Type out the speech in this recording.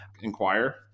inquire